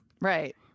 Right